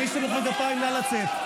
מי שמוחא כפיים, נא לצאת.